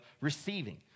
receiving